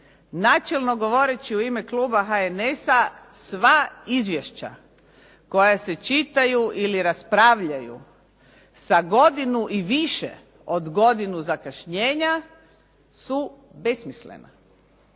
Načelno govoreći u ime kluba HNS-a, sva izvješća koja se čitaju ili raspravljaju sa godinu i više od godinu zakašnjenja su besmislena.